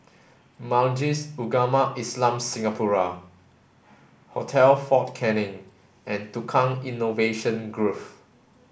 Majlis Ugama Islam Singapura Hotel Fort Canning and Tukang Innovation Grove